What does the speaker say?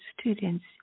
students